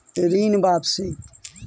ऋण वापसी?